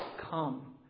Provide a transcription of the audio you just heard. come